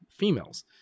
females